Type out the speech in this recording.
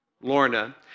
Lorna